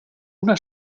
una